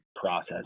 process